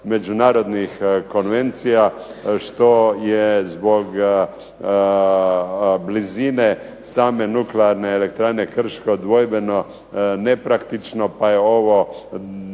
međunarodnih konvencija što je zbog blizine same nuklearne elektrane Krško dvojbeno nepraktično pa je ovo po